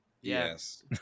Yes